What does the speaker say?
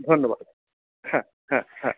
ধন্যবাদ হ্যাঁ হ্যাঁ হ্যাঁ